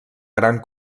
gran